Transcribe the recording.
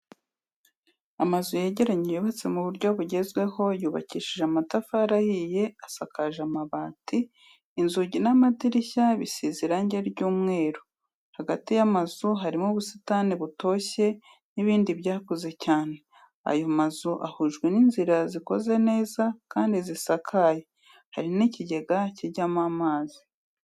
Amazu yegeranye yubatse mu buryo bugezweho yubakishije amatafari ahiye, asakaje amabati, inzugi n'amadirishya bisize irangi ry'umweru, hagati y'amazu harimo ubusitani butoshye n'ibiti byakuze cyane, ayo mazu ahujwe n'inzira zikoze neza kandi zisakaye, hari n'ikigega kijyamo amazi.